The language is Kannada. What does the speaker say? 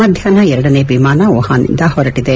ಮಧ್ಯಾಷ್ನ ಎರಡನೇ ವಿಮಾನ ವುಹಾನ್ನಿಂದ ಹೊರಟಿದೆ